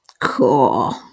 Cool